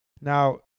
Now